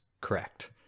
correct